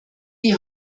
die